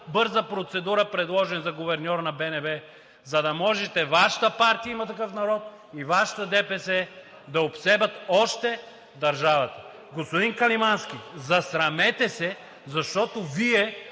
бърза процедура, предложен за гуверньор на БНБ, за да може Вашата партия „Има такъв народ“ и Вашата ДПС да обсебят още държавата. Господин Каримански, засрамете се, защото Вие